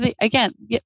again